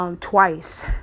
Twice